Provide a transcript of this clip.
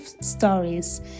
stories